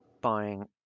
buying